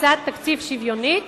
הקצאת תקציב שוויונית."